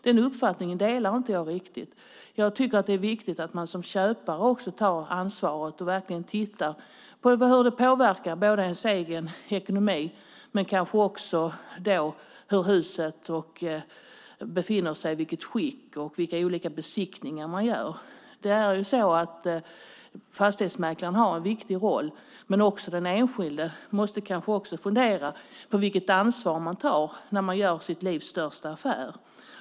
Det är viktigt att man som köpare också tar ansvar och tittar på hur köpet påverkar ens egen ekonomi, vilket skick huset befinner sig i och vilka besiktningar som ska göras. Fastighetsmäklaren har en viktig roll, men också den enskilde måste fundera över vilket ansvar man tar när man gör sitt livs största affär.